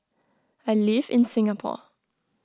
I live in Singapore